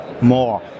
more